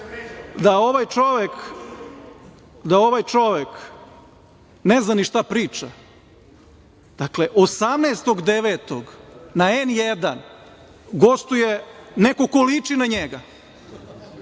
da ovaj čovek ne zna ni šta priča. Dakle, 18. septembra na N1 gostuje neko ko liči na njega.